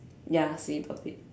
ya with a bit